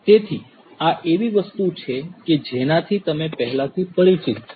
તેથી આ એવી વસ્તુ છે કે જેનાથી તમે પહેલાથી પરિચિત છો